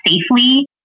safely